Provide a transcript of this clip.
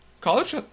College